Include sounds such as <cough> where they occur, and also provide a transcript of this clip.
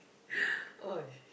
<breath> okay